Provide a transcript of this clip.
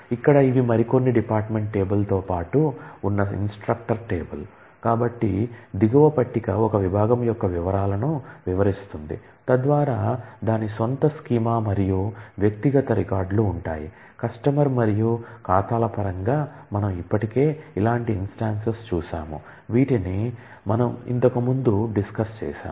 ఇక్కడ ఇవి మరికొన్ని డిపార్ట్మెంట్ టేబుల్ చూశాము వీటిని ఇంతకు ముందు డిస్కస్ చేసాం